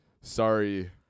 sorry